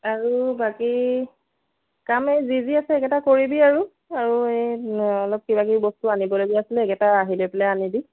আৰু বাকী কাম এই যি যি আছে এইকেইটা কৰিবি আৰু আৰু এই অলপ কিবা কিবি বস্তু আনিব লগীয়া আছিলে সেইকেইটা আহি লৈ পেলাই আনি দিম